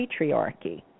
patriarchy